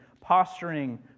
posturing